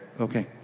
Okay